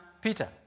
Peter